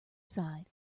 side